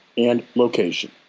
and location.